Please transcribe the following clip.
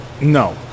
No